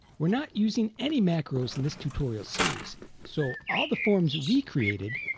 we're not using any macros in this tutorial series so, all the forms we created,